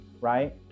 right